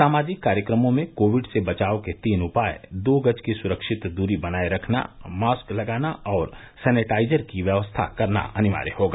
सामाजिक कार्यक्रमों में कोविड से बचाव के तीन उपाय दो गज की सुरक्षित दूरी बनाए रखना मास्क लगाना और सैनेटाइजर की व्यवस्था करना अनिवार्य होगा